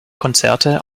konzerte